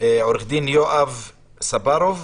עו"ד יואב סברוב,